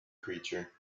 creature